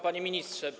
Panie Ministrze!